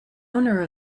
owner